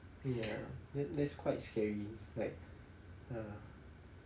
ya that that's quite scary like !haiya!